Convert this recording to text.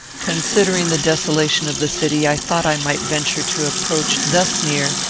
considering the desolation of the city, i thought i might venture to approach thus near,